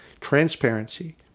transparency